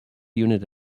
unit